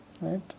Right